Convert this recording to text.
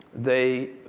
they,